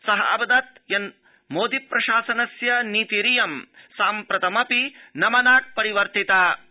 स अवदत् यन्मोदि प्रशासनस्य नीतिरियं साम्प्रतमपि न मनाक् परिवर्तिताऽस्ति